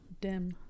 dim